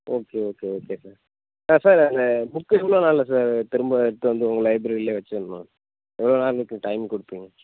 okay okay okay sir ஆ sir அந்த book எவ்வளோ நாளில் சார் திரும்ப எடுத்து வந்து உங்கள் லைப்ரரிலியே வெச்சுட்ணும் எவ்வளோ நாள் அதுக்கு டைம் கொடுப்பிங்க